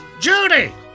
Judy